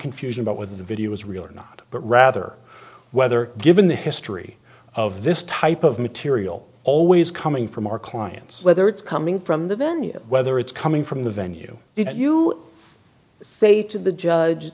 confusion about whether the video is real or not but rather whether given the history of this type of material always coming from our clients whether it's coming from the venue whether it's coming from the venue did you say to the judge